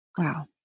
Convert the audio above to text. Wow